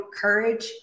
courage